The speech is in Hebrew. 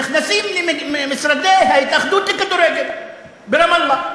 נכנסים למשרדי ההתאחדות לכדורגל ברמאללה,